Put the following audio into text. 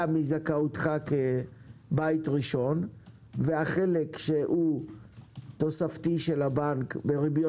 מזכאותך כבית ראשון והחלק שהוא תוספתי של הבנק בריביות